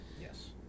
Yes